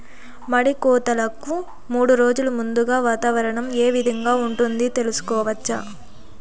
మడి కోతలకు మూడు రోజులు ముందుగా వాతావరణం ఏ విధంగా ఉంటుంది, తెలుసుకోవచ్చా?